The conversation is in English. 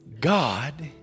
God